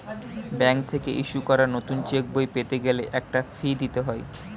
bank থেকে issue করা নতুন চেকবই পেতে গেলে একটা ফি দিতে হয়